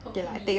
hopefully